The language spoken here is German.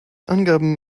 angaben